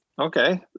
Okay